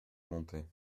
monter